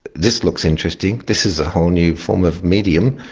this looks interesting. this is a whole new form of medium.